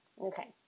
Okay